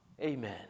Amen